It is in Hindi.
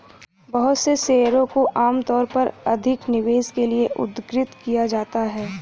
बहुत से शेयरों को आमतौर पर अधिक निवेश के लिये उद्धृत किया जाता है